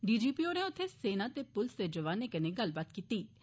DGP होरें उत्थे सेना ते पुलस दे जौआने कन्नै गल्ल कीत्ती